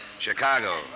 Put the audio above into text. Chicago